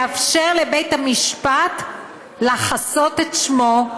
לאפשר לבית המשפט לחסות את שמו,